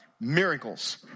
miracles